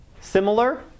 similar